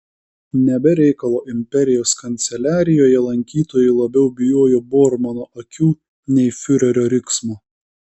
ne be reikalo imperijos kanceliarijoje lankytojai labiau bijojo bormano akių nei fiurerio riksmo